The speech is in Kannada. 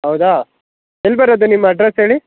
ಹೌದಾ ಎಲ್ಲಿ ಬರೋದು ನಿಮ್ಮ ಅಡ್ರೆಸ್ ಹೇಳಿ